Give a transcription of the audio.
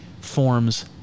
forms